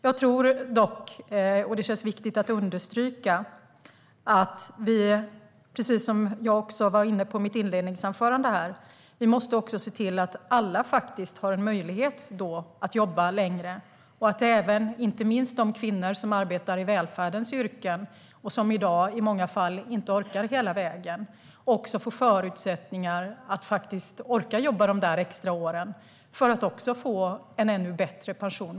Det känns dock viktigt att understryka att vi, precis som jag var inne på i mitt inledningsanförande, måste se till att alla har möjlighet att jobba längre, att inte minst de kvinnor som arbetar i välfärdens yrken och i dag i många fall inte orkar hela vägen också får förutsättningar att orka de extra åren för att få en ännu bättre pension.